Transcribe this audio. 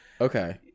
Okay